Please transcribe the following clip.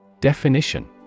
Definition